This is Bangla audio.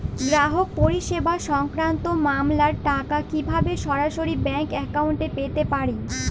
গ্রাহক পরিষেবা সংক্রান্ত মামলার টাকা কীভাবে সরাসরি ব্যাংক অ্যাকাউন্টে পেতে পারি?